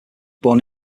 born